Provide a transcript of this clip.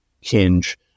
hinge